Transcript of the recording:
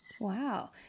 Wow